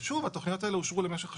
התוכניות האלה אושרו למשך שנים.